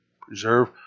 preserve